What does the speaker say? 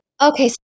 Okay